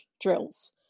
Drills